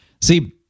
See